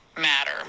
matter